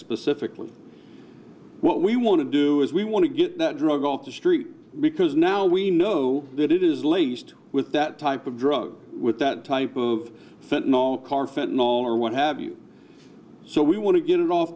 specifically what we want to do is we want to get that drug off the street because now we know that it is laced with that type of drug with that type of fenton all karf and all or what have you so we want to get it off